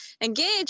engage